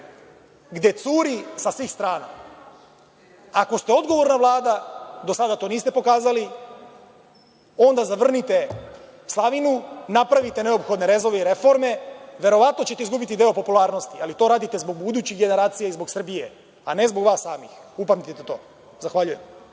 gde curi sa svih strana. Ako ste odgovorna Vlada, do sada to niste pokazali, onda zavrnite slavinu, napravite neophodne rezove i reforme, verovatno ćete izgubiti dosta popularnosti, ali to radite zbog budućih generacija i zbog Srbije, a ne zbog vas samih, upamtite to. Zahvaljujem.